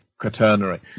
quaternary